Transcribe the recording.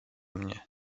mnie